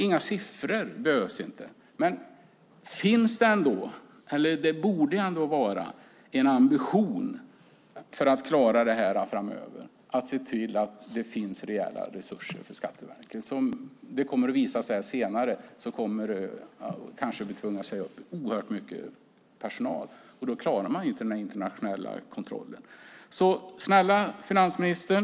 Inga siffror, det behövs inte, men det borde ändå vara en ambition för att klara det här framöver att se till att det finns rejäla resurser för Skatteverket. Det kommer att visa sig senare att de kanske kommer att bli tvungna att säga upp oerhört mycket personal. Då klarar man inte den internationella kontrollen. Snälla finansministern!